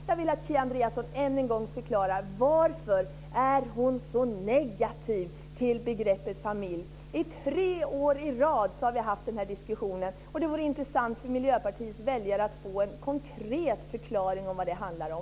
Jag vill att Kia Andreasson ännu en gång förklarar varför hon är så negativ till begreppet familj. Tre år i rad har vi haft en diskussion om detta. Det vore intressant för Miljöpartiets väljare att få en konkret förklaring om vad det handlar om.